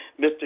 Mr